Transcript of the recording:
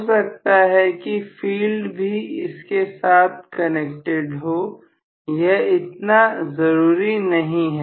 हो सकता है कि फील्ड भी इसके साथ कनेक्टेड हो यह इतना जरूरी नहीं है